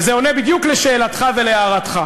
וזה עונה בדיוק על שאלתך ולהערתך,